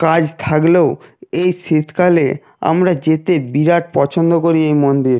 কাজ থাকলেও এই শীতকালে আমরা যেতে বিরাট পছন্দ করি এই মন্দির